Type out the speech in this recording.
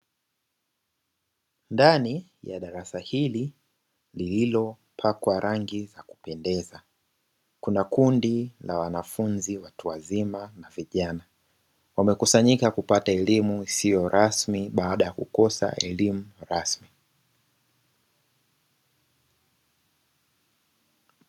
Ndani ya darasa hili lililopakwa rangi za kupendeza kuna kundi la wanafunzi watu wazima na vijana, wamekusanyika kupata elimu isiyo rasmi baada ya kukosa elimu rasmi.